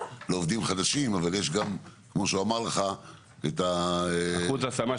לעובדים חדשים יש עמלה גבוהה אבל יש גם אחוז השמה.